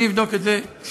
אני אבדוק את זה שוב.